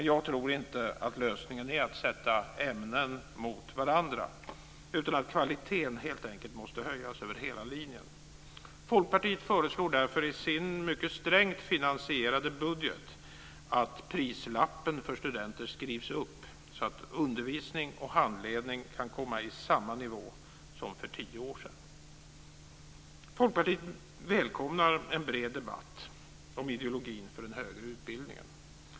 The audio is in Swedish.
Jag tror inte att lösningen är att sätta ämnen mot varandra utan att kvaliteten helt enkelt måste höjas över hela linjen. Folkpartiet föreslår därför i sin mycket strängt finansierade budget att prislappen för studenter skrivs upp så att undervisning och handledning kan komma i samma nivå som för tio år sedan. Folkpartiet välkomnar en bred debatt om ideologin för den högre utbildningen.